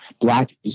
Black